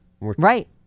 right